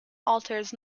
altars